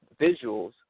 visuals